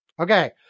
Okay